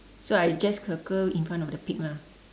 so I just circle in front of the pig lah